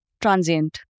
Transient